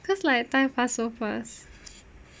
cause like time pass so fast